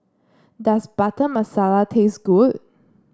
does Butter Masala taste good